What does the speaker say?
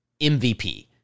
MVP